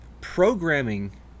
programming